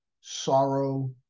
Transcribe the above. sorrow